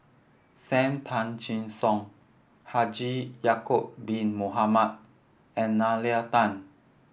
Sam Tan Chin Siong Haji Ya'acob Bin Mohamed and Nalla Tan